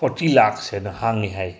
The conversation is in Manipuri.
ꯐꯣꯔꯇꯤ ꯂꯥꯛꯁ ꯍꯦꯟꯅ ꯍꯥꯡꯉꯦ ꯍꯥꯏ